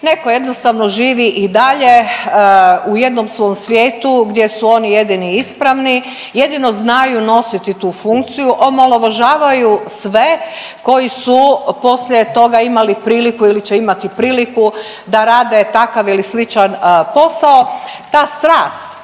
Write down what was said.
Neko jednostavno živi i dalje u jednom svom svijetu gdje su oni jedini ispravni, jedino znaju nositi tu funkciju, omalovažavaju sve koji su poslije toga imali priliku ili će imati priliku da rade takav ili sličan posao.